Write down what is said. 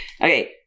Okay